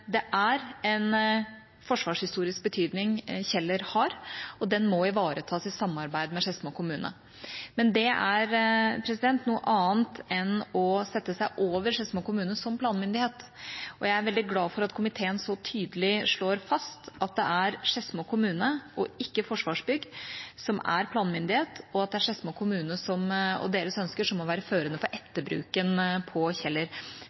det er en forsvarshistorisk betydning Kjeller har, og den må ivaretas i samarbeid med Skedsmo kommune. Men det er noe annet enn å sette seg over Skedsmo kommune som planmyndighet, og jeg er veldig glad for at komiteen så tydelig slår fast at det er Skedsmo kommune, og ikke Forsvarsbygg, som er planmyndighet, og at det er Skedsmo kommune og deres ønsker som må være førende for etterbruken på Kjeller.